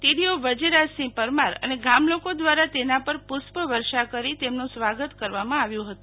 TDO Vajerajsinh Parmar અને ગામ લોકો દ્વારા તેના પર પુષ્પ વર્ષા કરી તેમનું સ્વાગત કરવામાં આવ્યું હતું